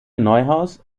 neuhaus